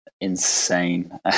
insane